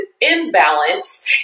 imbalance